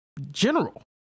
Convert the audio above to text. general